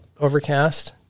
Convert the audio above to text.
overcast